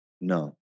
No